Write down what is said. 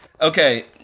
Okay